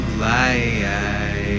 light